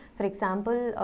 for example,